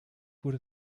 wurde